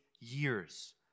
years